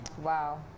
Wow